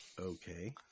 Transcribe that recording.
okay